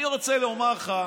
אני רוצה לומר לך,